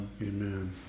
Amen